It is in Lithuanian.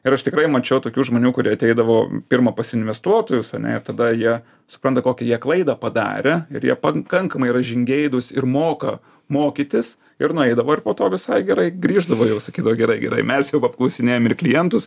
ir aš tikrai mačiau tokių žmonių kurie ateidavo pirma pas investuotojus ane ir tada jie supranta kokį jie klaidą padarė ir jie pakankamai yra žingeidūs ir moka mokytis ir nueidavo ir po to visai gerai grįždavo jau sakydavo gerai gerai mes jau apklausinėjom ir klientus